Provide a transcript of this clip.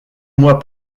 mois